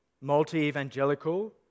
multi-evangelical